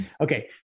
Okay